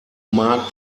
mark